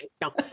No